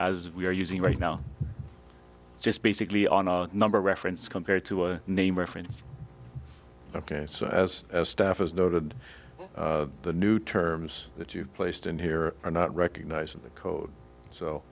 as we're using right now just basically on a number reference compared to a name reference ok so as as staff as noted the new terms that you placed in here are not recognized in the code so